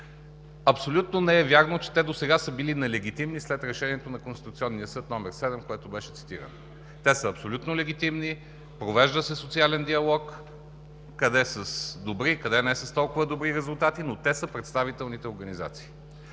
Абсолютно не е вярно, че те досега са били нелегитимни след Решението на Конституционния съд № 7, което беше цитирано. Те са абсолютно легитимни. Провежда се социален диалог – къде с добри, къде не с толкова добри резултати, но те са представителните организации.